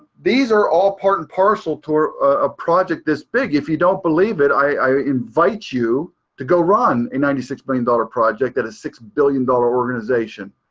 these are all part and parcel to a project this big. if you don't believe it, i invite you to go run a ninety six million dollars project at a six billion dollars organization.